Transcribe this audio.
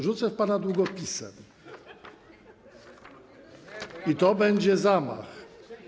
Rzucę w pana długopisem i to będzie zamach.